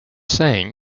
saying